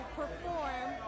perform